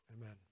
Amen